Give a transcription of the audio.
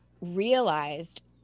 realized